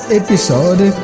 episode